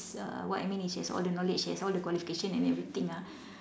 err what I mean is she has all the knowledge she has all the qualification and everything ah